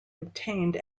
obtained